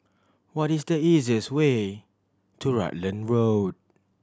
what is the easiest way to Rutland Road